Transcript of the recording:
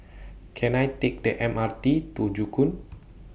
Can I Take The M R T to Joo Koon